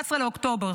ב-11 באוקטובר,